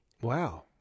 wow